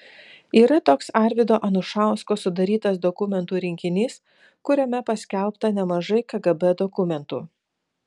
yra toks arvydo anušausko sudarytas dokumentų rinkinys kuriame paskelbta nemažai kgb dokumentų